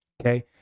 Okay